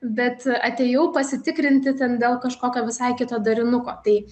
bet atėjau pasitikrinti ten dėl kažkokio visai kitą darinuko tai